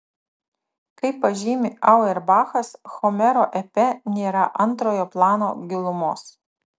kaip pažymi auerbachas homero epe nėra antrojo plano gilumos